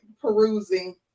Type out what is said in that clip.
perusing